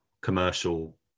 commercial